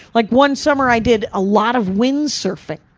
like one summer, i did a lot of windsurfing.